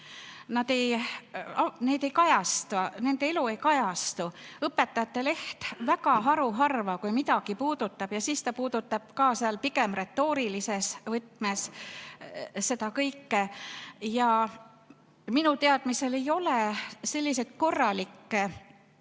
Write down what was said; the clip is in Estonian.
toimub. Need ei kajastu [kuskil], nende elu ei kajastu. Õpetajate Leht haruharva midagi puudutab, ja siis ta puudutab ka pigem retoorilises võtmes seda kõike. Minu teadmisel ei ole selliseid korralikke